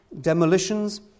demolitions